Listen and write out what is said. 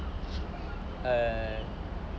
err